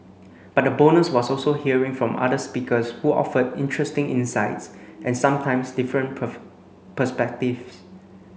but the bonus was also hearing from other speakers who offered interesting insights and sometimes different per perspectives